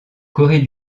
corée